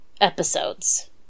episodes